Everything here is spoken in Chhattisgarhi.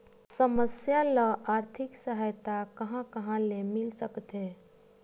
समस्या ल आर्थिक सहायता कहां कहा ले मिल सकथे?